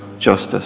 justice